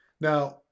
Now